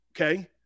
okay